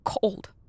cold